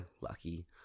Lucky